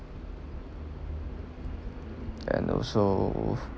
and also